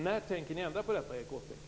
När tänker ni ändra på detta, Erik Åsbrink?